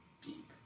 Deep